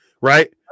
right